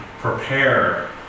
prepare